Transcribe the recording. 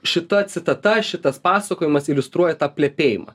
šita citata šitas pasakojimas iliustruoja tą plepėjimą